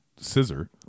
scissor